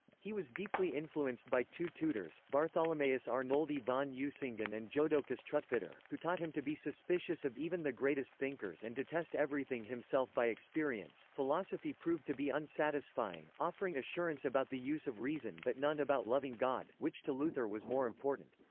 he was deeply influenced by two tutors, bartholomaeus arnoldi von usingen and jodocus trutfetter, who taught him to be suspicious of even the greatest thinkers and to test everything himself by experience philosophy proved to be unsatisfying, offering assurance about the use of reason but none about loving god, which to luther was more important.